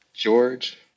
George